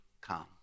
come